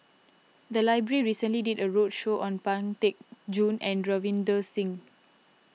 the library recently did a roadshow on Pang Teck Joon and Ravinder Singh